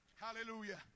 Hallelujah